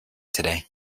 today